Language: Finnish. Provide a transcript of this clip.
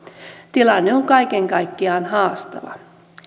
tilanne on kaiken kaikkiaan haastava